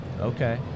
Okay